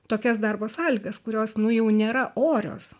tokias darbo sąlygas kurios nu jau nėra orios